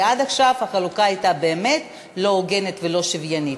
כי עד עכשיו החלוקה הייתה באמת לא הוגנת ולא שוויונית.